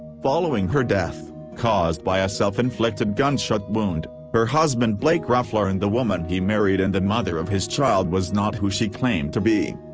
following her death caused by a self-inflicted gunshot wound her husband blake ruff learned the woman he married and the mother of his child was not who she claimed to be.